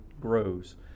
grows